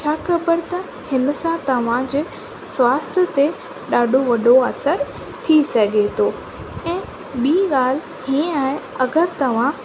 छा ख़बर त हिन सां तव्हांजे स्वास्थ्यु ते ॾाढो वॾो असरु थी सघे थो ऐं ॿी ॻाल्हि हीअं आहे अगरि तव्हां